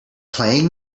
playing